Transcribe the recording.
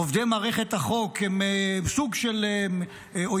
עובדי מערכת החוק הם סוג של אויבים,